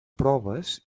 proves